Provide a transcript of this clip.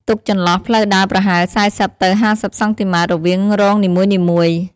ទុកចន្លោះផ្លូវដើរប្រហែល ៤០ ទៅ ៥០ សង់ទីម៉ែត្រ រវាងរងនីមួយៗ។